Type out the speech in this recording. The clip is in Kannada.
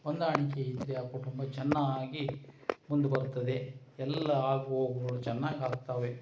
ಹೊಂದಾಣಿಕೆ ಇದ್ದರೆ ಆ ಕುಟುಂಬ ಚೆನ್ನಾಗಿ ಮುಂದು ಬರ್ತದೆ ಎಲ್ಲ ಆಗು ಹೋಗುಗಳು ಚೆನ್ನಾಗಾಗ್ತವೆ